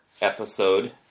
episode